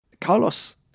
Carlos